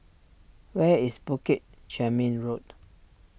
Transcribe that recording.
where is Bukit Chermin Road